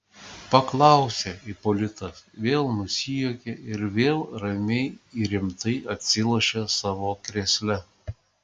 paklausė ipolitas vėl nusijuokė ir vėl ramiai ir rimtai atsilošė savo krėsle